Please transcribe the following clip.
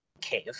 cave